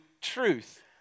truth